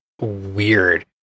weird